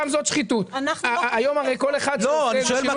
גם זאת שחיתות -- אנחנו לא --- אני שואל מה